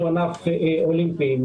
שהם אולימפיים,